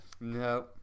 no